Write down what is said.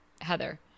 Heather